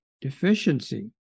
deficiency